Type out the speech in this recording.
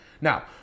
Now